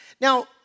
Now